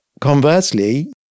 conversely